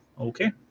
Okay